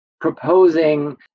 proposing